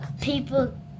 people